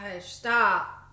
stop